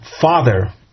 father